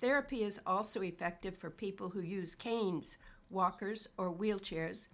their appeal is also effective for people who use canes walkers or wheelchairs